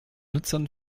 nutzern